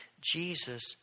Jesus